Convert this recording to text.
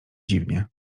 dziwnie